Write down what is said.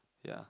ya